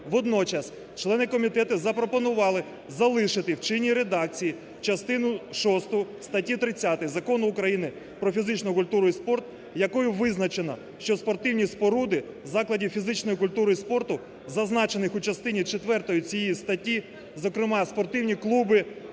Водночас, члени комітету запропонували залишити в чинній редакції частину шосту статті 30 Закону України "Про фізичну культуру і спорт", якою визначено, що спортивні споруди закладів фізичної культури і спорту зазначених у частині четвертої цієї статті, зокрема спортивні клуби,